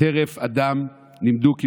טרף אדם לימדו כמדובר.